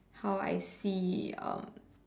how I see um